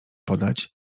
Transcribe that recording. podać